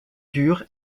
dur